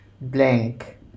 blank